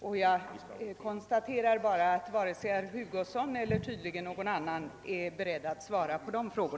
Jag konstaterar bara att tydligen varken herr Hugosson eller någon annan är beredd att svara på dessa frågor.